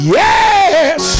yes